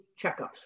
checkups